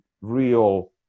real